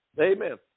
Amen